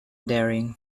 daring